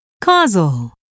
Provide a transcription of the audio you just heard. Causal